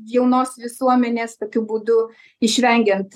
jaunos visuomenės tokiu būdu išvengiant